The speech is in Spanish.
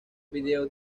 video